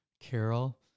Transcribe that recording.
Carol